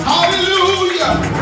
Hallelujah